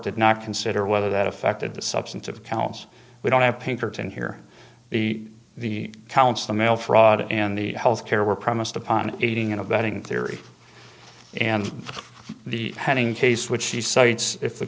did not consider whether that affected the substantive counts we don't have pinkerton here the the counts the mail fraud in the health care were promised upon aiding and abetting theory and the hanging case which she cites if the